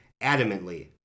adamantly